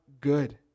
good